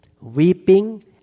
Weeping